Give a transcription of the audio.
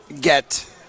get